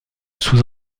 sous